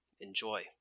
enjoy